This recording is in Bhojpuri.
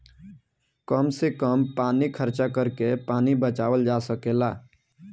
कम से कम पानी खर्चा करके पानी बचावल जा सकेला